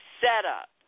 setup